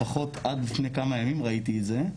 לפחות עד לפני כמה ימים ראיתי את זה,